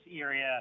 area